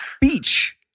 beach